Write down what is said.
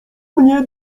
mnie